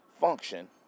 function